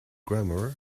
grammar